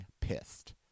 pissed